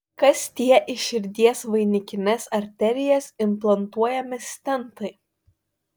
kas tie į širdies vainikines arterijas implantuojami stentai